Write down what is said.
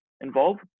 involved